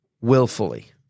willfully